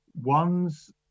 one's